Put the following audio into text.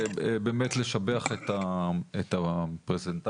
באמת לשבח את הפרזנטציה,